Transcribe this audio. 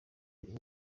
buri